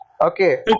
Okay